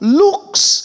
looks